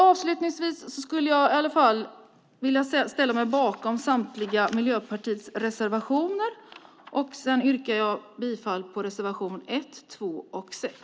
Avslutningsvis ställer jag mig bakom samtliga Miljöpartiets reservationer. Jag yrkar bifall till reservation 1, 2 och 6.